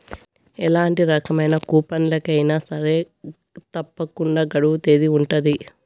ఎలాంటి రకమైన కూపన్లకి అయినా సరే తప్పకుండా గడువు తేదీ ఉంటది